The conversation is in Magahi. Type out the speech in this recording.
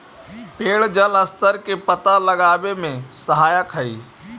पेड़ जलस्तर के पता लगावे में सहायक हई